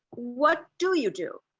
what do you do?